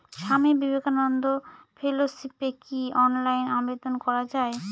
স্বামী বিবেকানন্দ ফেলোশিপে কি অনলাইনে আবেদন করা য়ায়?